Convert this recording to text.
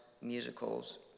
musicals